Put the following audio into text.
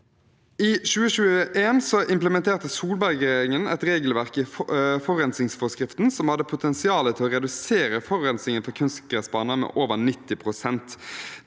I 2021 implementerte Solberg-regjeringen et regelverk i forurensningsforskriften som hadde potensial til å redusere forurensningen fra kunstgressbanene med over 90